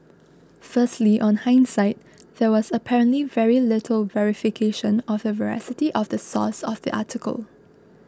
firstly on hindsight there was apparently very little verification of the veracity of the source of the article